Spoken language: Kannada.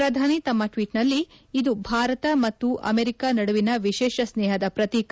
ಪ್ರಧಾನಿ ತಮ್ಮ ಟ್ವೀಟ್ನಲ್ಲಿ ಇದು ಭಾರತ ಮತ್ತು ಅಮೆರಿಕ ನಡುವಿನ ವಿಶೇಷ ಸ್ನೇಹದ ಪ್ರತೀಕ